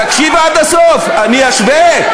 תקשיב עד הסוף, אני אשווה.